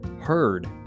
heard